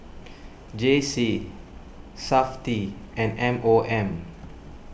J C SAFTI and M O M